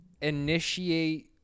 initiate